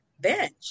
bench